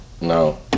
No